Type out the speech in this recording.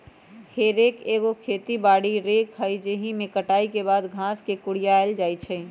हे रेक एगो खेती बारी रेक हइ जाहिमे कटाई के बाद घास के कुरियायल जाइ छइ